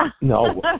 No